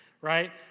right